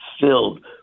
filled